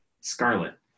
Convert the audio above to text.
scarlet